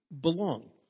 belong